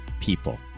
people